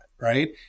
right